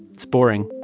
it's boring.